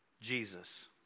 Jesus